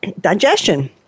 digestion